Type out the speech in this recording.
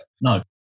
no